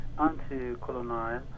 anti-colonial